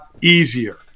easier